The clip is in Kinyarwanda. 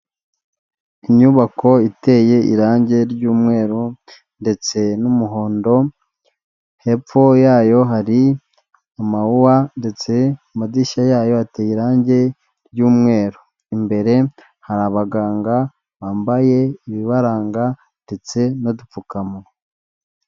Inyubako iteye irangi ry'umweru ndetse n'umuhondo, hepfo yayo hari amawuwa, ndetse amadirishya yayo ateye irangi ry'umweru, imbere hari abaganga bambaye ibibaranga ndetse n'udupfukamu.